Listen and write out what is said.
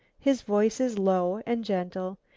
his voice is low and gentle,